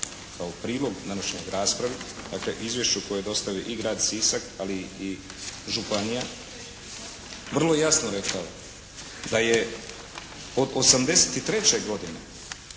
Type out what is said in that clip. kao prilog današnjoj raspravi dakle izvješću koje je dostavio i Grad Sisak ali i županija vrlo jasno rekao da je '83. godine